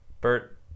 Bert